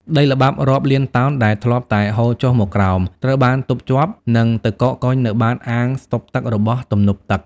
ដីល្បាប់រាប់លានតោនដែលធ្លាប់តែហូរចុះមកក្រោម ត្រូវបានទប់ជាប់ និងទៅកកកុញនៅបាតអាងស្តុកទឹករបស់ទំនប់ទឹក។